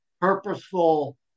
purposeful